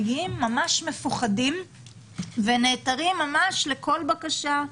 מגיעים ממש מפוחדים ונעתרים לכל בקשה,